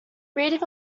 reading